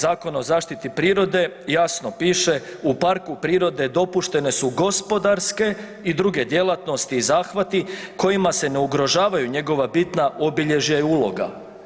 Zakona o zaštiti prirode jasno piše u parku prirode dopuštene su gospodarske i druge djelatnosti i zahvati kojima se ne ugrožavaju njegova bitna obilježja i uloga.